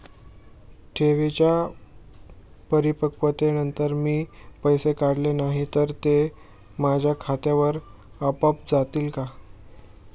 ठेवींच्या परिपक्वतेनंतर मी पैसे काढले नाही तर ते माझ्या खात्यावर आपोआप जातील का?